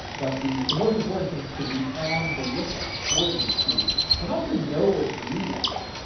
but the the most important thing is to be on the lookout for these queues and also know what you want.